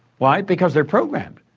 why? because they're programmed.